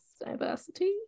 diversity